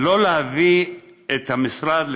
ולא להביא את המשרד,